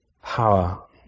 power